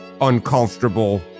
uncomfortable